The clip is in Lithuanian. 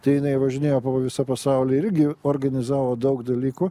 tai jinai važinėjo po visą pasaulį ir irgi organizavo daug dalykų